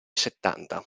settanta